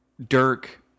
Dirk